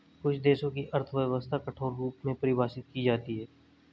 कुछ देशों की अर्थव्यवस्था कठोर रूप में परिभाषित की जाती हैं